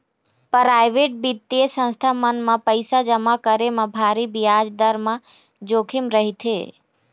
private बित्तीय संस्था मन म पइसा जमा करे म भारी बियाज दर म जोखिम रहिथे